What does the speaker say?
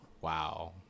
Wow